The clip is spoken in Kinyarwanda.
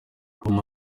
ubu